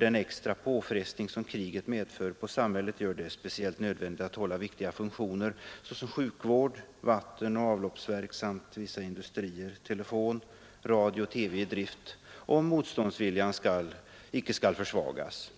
Den extra påfrestning som kriget medför på samhället gör det speciellt nödvändigt att hålla viktiga funktioner såsom sjukvård, vattenoch avloppsverk samt vissa industrier, telefon, radio och TV i drift om motståndsviljan icke skall försvagas.